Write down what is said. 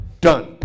Done